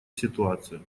ситуацию